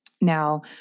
Now